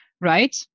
right